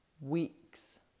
weeks